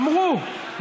אמרו,